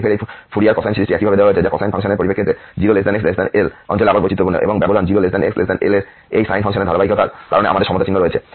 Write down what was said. সুতরাং f এর Fourier cosine সিরিজটি এইভাবে দেওয়া হয়েছে যা কোসাইন ফাংশনের পরিপ্রেক্ষিতে 0xl অঞ্চলে আবার বৈচিত্র্যপূর্ণ এবং ব্যবধান 0xl এই সাইন ফাংশনের ধারাবাহিকতার কারণে আমাদের সমতা চিহ্ন রয়েছে